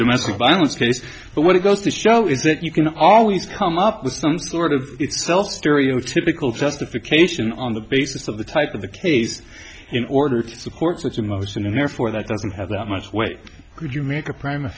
domestic violence case but it goes to show is that you can always come up with some sort of itself stereotypical justification on the basis of the type of the case in order to support such emotion and therefore that doesn't have that much weight could you make a prime a